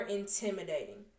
intimidating